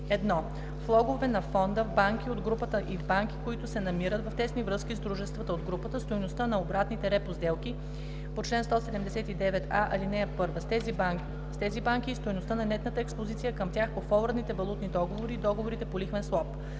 и: 1. влоговете на фонда в банки от групата и в банки, които се намират в тесни връзки с дружества от групата, стойността на обратните репо сделки по чл. 179а, ал. 1 с тези банки и стойността на нетната експозиция към тях по форуърдните валутни договори и договорите за лихвен суап;